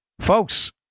folks